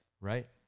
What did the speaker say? Right